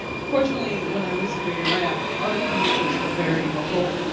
fortunately, when i was creating my app, our community is very vocal.